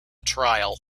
trial